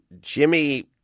Jimmy